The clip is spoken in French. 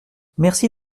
merci